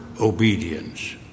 obedience